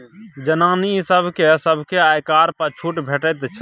जनानी सभकेँ आयकर पर छूट भेटैत छै